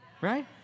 right